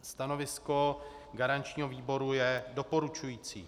Stanovisko garančního výboru je doporučující.